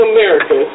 America